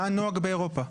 מה הנוהג באירופה.